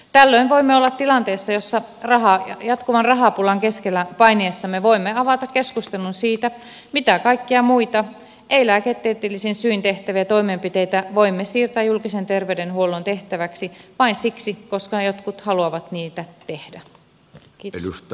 tällöin voimme olla tilanteessa jossa jatkuvan rahapulan keskellä painiessamme voimme avata keskustelun siitä mitä kaikkia muita ei lääketieteellisin syin tehtäviä toimenpiteitä voimme siirtää julkisen terveydenhuollon tehtäväksi vain siksi että jotkut haluavat niitä tehdä